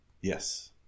Yes